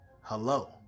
hello